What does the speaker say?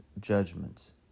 judgments